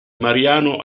mariano